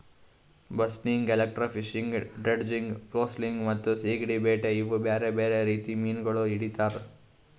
ಬಸ್ನಿಗ್, electrofishing, dredging, flossing ಮತ್ತ ಸೀಗಡಿ ಬೇಟೆ ಇವು ಬೇರೆ ಬೇರೆ ರೀತಿ ಮೀನಾಗೊಳ್ ಹಿಡಿತಾರ್